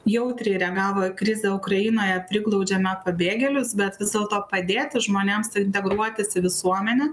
jautriai reagavo į krizę ukrainoje priglaudžiame pabėgėlius bet vis dėlto padėti žmonėms integruotis į visuomenę